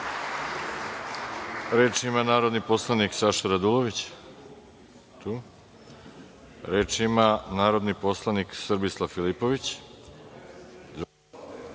Reč ima narodni poslanik Saša Radulović. Nije tu. Reč ima narodni poslanik Srbislav Filipović.